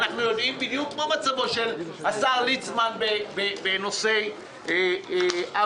אנחנו יודעים בדיוק מה מצבו של השר ליצמן בנושאי הבריאות.